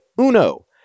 Uno